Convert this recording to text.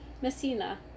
Messina